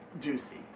juicy